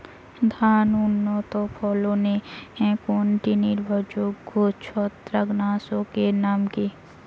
ধান উন্নত ফলনে একটি নির্ভরযোগ্য ছত্রাকনাশক এর নাম কি?